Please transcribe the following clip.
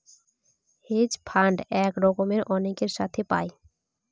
hedge fund এক রকমের অনেকের সাথে পায়